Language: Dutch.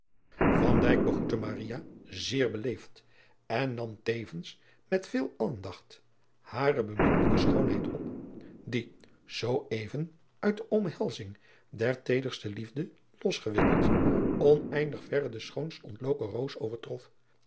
begroette zeer beleefd en nam tevens met veel aandacht hare beminnelijke schoonheid op die zoo even uit de omhelzing der teederste liefde losgewikkeld oneindig verre de schoonst ontloken roos overtrof